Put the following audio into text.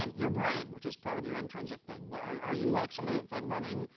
um your brain, which is part of your intrinsic thing. but are yeah are you like somebody that's like running,